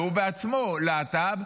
הוא בעצמו להט"ב,